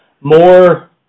more